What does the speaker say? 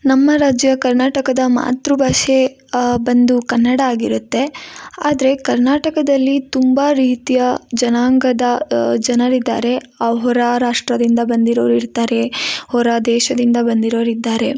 ನಮ್ಮ ರಾಜ್ಯ ಕರ್ನಾಟಕದ ಮಾತೃ ಭಾಷೆ ಬಂದು ಕನ್ನಡ ಆಗಿರುತ್ತೆ ಆದರೆ ಕರ್ನಾಟಕದಲ್ಲಿ ತುಂಬ ರೀತಿಯ ಜನಾಂಗದ ಜನರಿದ್ದಾರೆ ಆ ಹೊರ ರಾಷ್ಟ್ರದಿಂದ ಬಂದಿರೋರು ಇರ್ತಾರೆ ಹೊರ ದೇಶದಿಂದ ಬಂದಿರೋರು ಇದ್ದಾರೆ